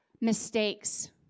mistakes